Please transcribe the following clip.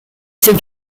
ces